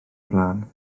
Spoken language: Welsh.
blaen